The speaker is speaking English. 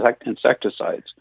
insecticides